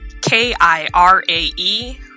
K-I-R-A-E